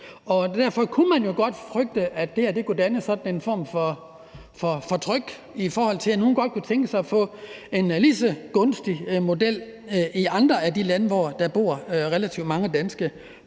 Derfor kunne man jo godt frygte, at det her kunne danne en form for tryk, i forhold til at man godt kunne tænke sig at få en lige så gunstig model i nogle af de andre lande, hvor der bor relativt mange danske